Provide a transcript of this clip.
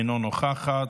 אינה נוכחת.